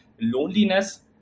loneliness